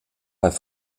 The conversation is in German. bei